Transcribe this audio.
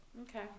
Okay